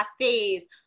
cafes